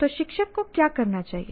तो शिक्षक को क्या करना चाहिए